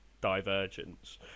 divergence